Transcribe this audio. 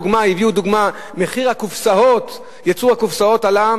הביאו דוגמה שמחיר ייצור הקופסאות עלה,